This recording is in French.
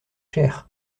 cher